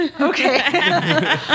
okay